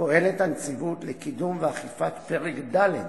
פועלת הנציבות לקידום ואכיפה של פרק ד'